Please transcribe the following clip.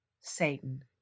Satan